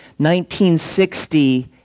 1960